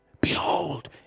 behold